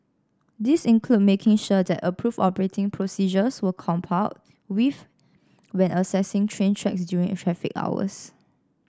these include making sure that approved operating procedures were complied with when accessing train tracks during traffic hours